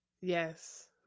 yes